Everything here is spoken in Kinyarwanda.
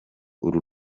uru